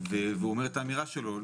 והוא אומר את האמירה שלו.